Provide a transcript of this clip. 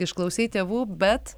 išklausei tėvų bet